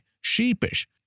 sheepish